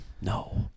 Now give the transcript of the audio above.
No